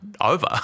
over